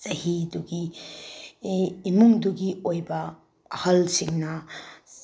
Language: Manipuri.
ꯆꯍꯤꯗꯨꯒꯤ ꯏꯃꯨꯡꯗꯨꯒꯤ ꯑꯣꯏꯕ ꯑꯍꯜꯁꯤꯡꯅ